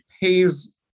pays